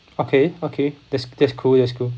okay okay that's that's cool that's cool